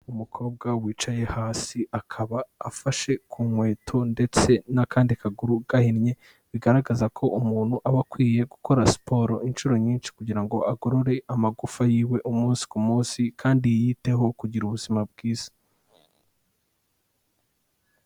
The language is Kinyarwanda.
Umukobwa wicaye hasi, akaba afashe ku nkweto ndetse n'akandi kaguru gahimye, bigaragaza ko umuntu aba akwiye gukora siporo inshuro nyinshi kugira ngo agorore amagufa yiwe umunsi ku munsi kandi yiyiteho kugira ubuzima bwiza.